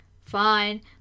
Fine